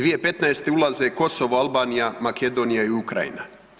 2015. ulaze Kosovo, Albanija, Makedonija i Ukrajina.